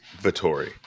vittori